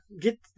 get